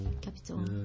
capital